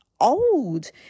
old